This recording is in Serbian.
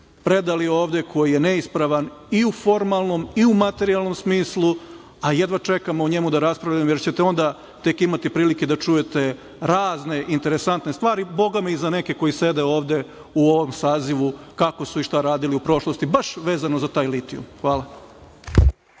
predali ovde, koji je neispravan i u formalnom i u materijalnom smislu, a jedva čekam o njemu da raspravljam jer ćete onda tek imati priliku da čujete razne interesantne stvari, bogami i za neke koji sede ovde u ovom sazivu kako su i šta radili u prošlosti baš vezano za taj litijum. Hvala.